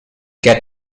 get